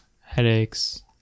Headaches